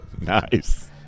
Nice